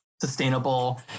sustainable